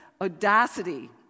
audacity